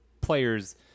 players